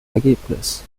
ergebnis